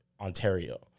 Ontario